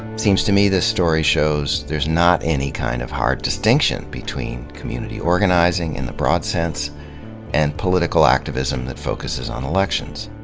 seems to me, this story shows there's not any kind of hard distinction between community organizing in the broad sense and political activism that focuses on elections.